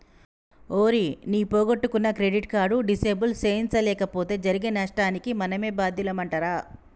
ఓరి నీ పొగొట్టుకున్న క్రెడిట్ కార్డు డిసేబుల్ సేయించలేపోతే జరిగే నష్టానికి మనమే బాద్యులమంటరా